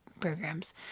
programs